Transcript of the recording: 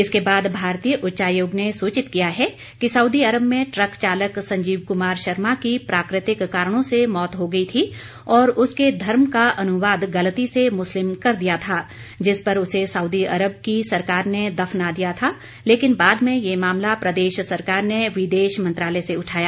इसके बाद भारतीय उच्चायोग ने सूचित किया है कि सऊदी अरब में ट्रक चालक संजीव कुमार शर्मा की प्राकृतिक कारणों से मौत हो गई थी और उसके धर्म का अनुवाद गलती से मुस्लिम कर दिया था जिस पर उसे सऊदी अरब की सरकार ने दफना दिया था लेकिन बाद में यह मामला प्रदेश सरकार ने विदेश मंत्रालय से उठाया